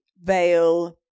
veil